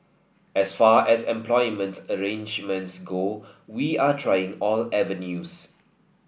as far as employment arrangements go we are trying all avenues